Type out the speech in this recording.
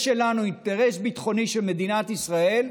תקשיבי, עוד רגע תזמיני אמבולנס,